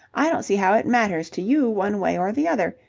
i don't see how it matters to you one way or the other.